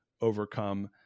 overcome